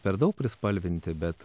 per daug prispalvinti bet